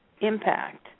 impact